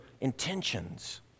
intentions